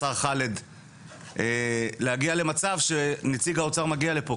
השר חאלד להגיע למצב שנציג האוצר מגיע לפה.